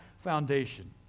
foundation